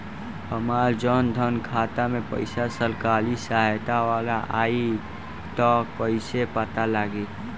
हमार जन धन खाता मे पईसा सरकारी सहायता वाला आई त कइसे पता लागी?